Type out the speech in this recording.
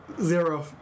zero